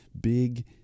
big